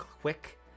quick